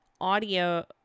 audio